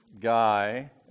guy